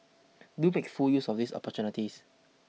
do make full use of these opportunities